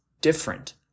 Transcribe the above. different